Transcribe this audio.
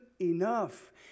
enough